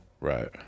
Right